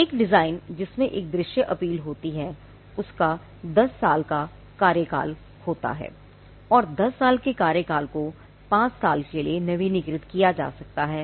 एक डिज़ाइन जिसमें एक दृश्य अपील होती है उसका 10 साल का कार्यकाल होता है और 10 साल के कार्यकाल को 5 साल के कार्यकाल के लिए नवीनीकृत किया जा सकता है